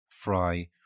fry